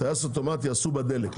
טייס אוטומטי עשו בדלק,